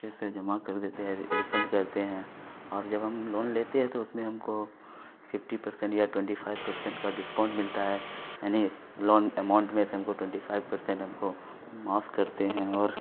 پھر سے جمع کر دیتے ہیں ریفنڈ کرتے ہیں اور جب ہم لون لیتے ہیں تو اس میں ہم کو ففٹی پرسینٹ یا ٹوئنٹی فائیو پرسینٹ کا ڈسکاؤنٹ ملتا ہے یعنی لون اماؤنٹ میں سے ہم کو ٹوئنٹی فائیو پرسینٹ ہم کو معاف کرتے ہیں اور